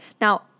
Now